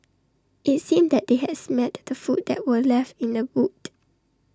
IT seemed that they had smelt the food that were left in the boot